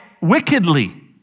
wickedly